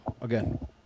Again